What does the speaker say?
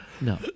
No